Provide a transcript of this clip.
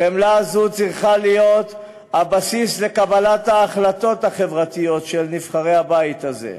חמלה זו צריכה להיות הבסיס לקבלת ההחלטות החברתיות של נבחרי הבית הזה.